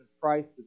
Christ